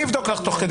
אני אבדוק לך.